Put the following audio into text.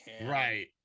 Right